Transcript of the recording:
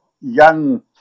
young